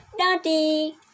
Daddy